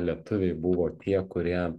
lietuviai buvo tie kurie